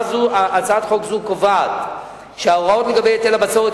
הצעת חוק זו קובעת שההוראות לגבי היטל הבצורת